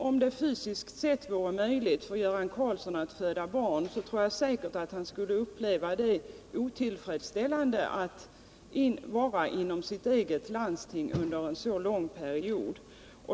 Om det fysiskt sett vore möjligt för Göran Karlsson att föda barn tror jag säkert att han skulle uppleva det otillfredsställande att vara inom sitt eget landstingsområde under en så lång period.